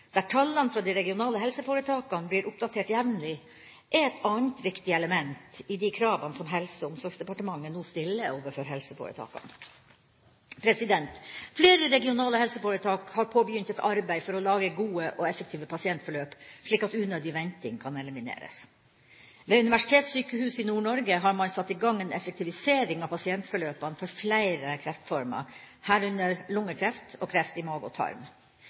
der tallene fra de regionale helseforetakene blir oppdatert jevnlig, er et annet viktig element i de kravene som Helse- og omsorgsdepartementet nå stiller overfor helseforetakene. Flere regionale helseforetak har påbegynt et arbeid for å lage gode og effektive pasientforløp, slik at unødig venting kan elimineres. Ved Universitetssykehuset Nord-Norge har man satt i gang en effektivisering av pasientforløpene for flere kreftformer, herunder lungekreft og kreft i mage og tarm.